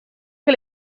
che